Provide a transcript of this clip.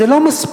זה לא מספיק.